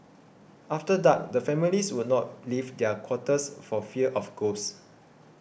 after dark the families would not leave their quarters for fear of ghosts